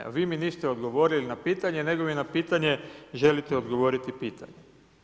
A vi mi niste odgovorili na pitanje nego mi na pitanje želite odgovoriti pitanjem.